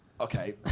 Okay